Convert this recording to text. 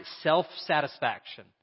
self-satisfaction